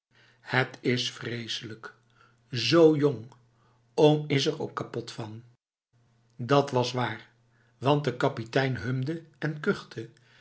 het is vreselijk zo jong oom is er ook kapot vanf dat was waar want de kapitein hemde en kuchte